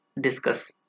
discuss